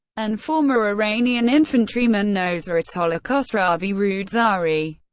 and former iranian infantryman nosratollah khosravi-roodsari,